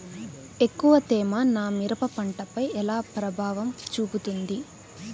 ఎక్కువ తేమ నా మిరప పంటపై ఎలా ప్రభావం చూపుతుంది?